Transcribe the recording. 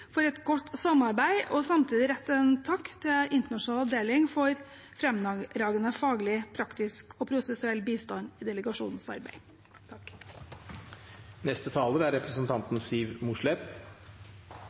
for et godt samarbeid og samtidig rette en takk til internasjonal avdeling for fremragende faglig, praktisk og prosessuell bistand til delegasjonen arbeid.